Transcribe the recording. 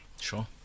Sure